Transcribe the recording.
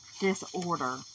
disorder